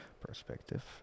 perspective